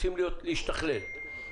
רוצים להשתכלל,